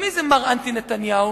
ומי זה מר אנטי נתניהו?